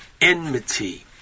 enmity